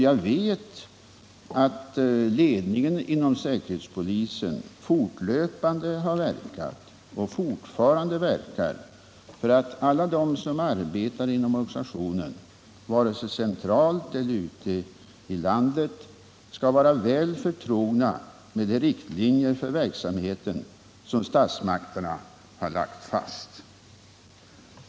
Jag vet att ledningen inom säkerhetspolisen fortlöpande har verkat — och fortfarande verkar — för att alla de som arbetar inom organisationen, vare sig centralt eller ute i landet, skall vara väl förtrogna med de riktlinjer för verksamheten som statsmakterna har fastlagt.